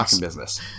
business